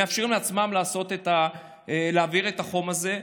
הם מאפשרים לעצמם להעביר את החום הזה.